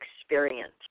experience